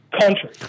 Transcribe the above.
country